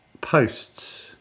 Posts